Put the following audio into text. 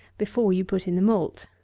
before you put in the malt.